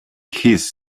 his